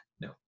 No